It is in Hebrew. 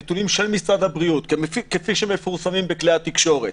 הנתונים של משרד הבריאות כפי שהם מפורסמים בכלי התקשורת,